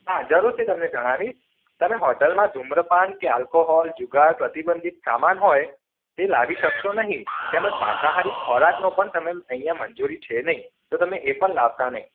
હા જરૂરથી તમને જણાવીશ તમે હોટલમાં ધુમ્રપાન કે આલ્કોહોલ જુગાર પ્રતિબંધિત સમાન હોય તે લાવી શકશો નહીં તેમજ માંસાહારી ખોરાકનો પણ તમે અહીંયા મંજૂરી છે નહીં તો તમે એ પણ લાવતા નહીં